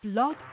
Blog